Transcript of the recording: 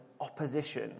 opposition